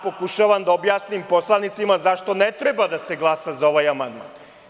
Pokušavam da objasnim poslanicima zašto ne treba da se glasa za ovaj amandman.